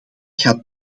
gaat